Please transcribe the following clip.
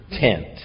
tent